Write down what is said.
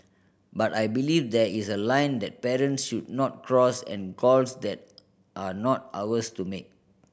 but I believe there is a line that parents should not cross and calls that are not ours to make